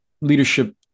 leadership